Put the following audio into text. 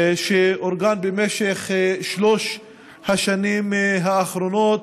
שאורגן במשך שלוש השנים האחרונות,